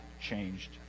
changed